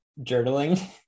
journaling